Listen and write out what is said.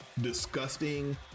disgusting